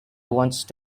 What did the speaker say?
once